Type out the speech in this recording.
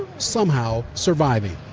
somehow surviving.